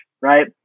right